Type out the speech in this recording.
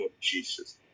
Jesus